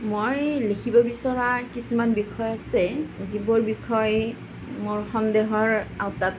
মই লিখিব বিচৰা কিছুমান বিষয় আছে যিবোৰ বিষয় মোৰ সন্দেহৰ আওঁতাত